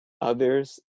others